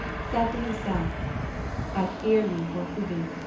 said to himself i fear me for hugin,